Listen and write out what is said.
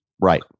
Right